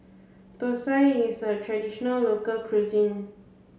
Thosai is a traditional local cuisine